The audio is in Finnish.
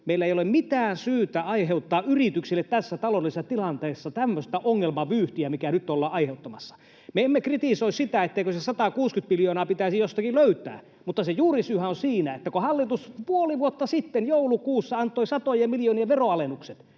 Meillä ei ole mitään syytä aiheuttaa yrityksille tässä taloudellisessa tilanteessa tämmöistä ongelmavyyhtiä, mikä nyt ollaan aiheuttamassa. Me emme kritisoi sitä, etteikö se 160 miljoonaa pitäisi jostakin löytää. Mutta se juurisyyhän on siinä, että kun hallitus puoli vuotta sitten joulukuussa antoi satojen miljoonien veronalennukset,